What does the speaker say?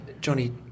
Johnny